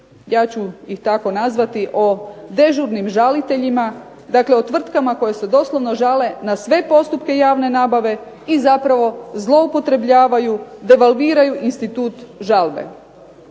ja ću ih tako nazvati o dežurnim žaliteljima. Dakle, o tvrtkama koje se doslovno žale na sve postupke javne nabave i zapravo zloupotrebljavaju, devalviraju institut žalbe.